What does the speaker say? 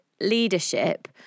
leadership